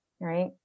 Right